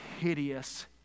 hideous